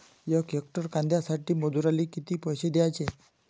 यक हेक्टर कांद्यासाठी मजूराले किती पैसे द्याचे?